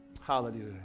Hallelujah